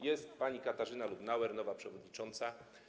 Jest pani Katarzyna Lubnauer, nowa przewodnicząca.